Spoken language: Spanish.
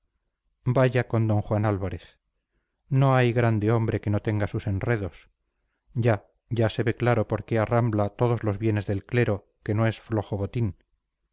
vaya con d juan álvarez no hay grande hombre que no tenga sus enredos ya ya se ve claro por qué arrambla todos los bienes del clero que no es flojo botín